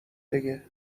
دیگه